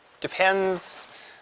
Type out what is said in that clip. depends